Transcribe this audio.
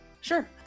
sure